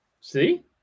See